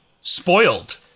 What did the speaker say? spoiled